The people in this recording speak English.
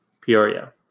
Peoria